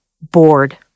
bored